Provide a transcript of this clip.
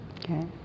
okay